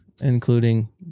including